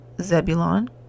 zebulon